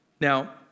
Now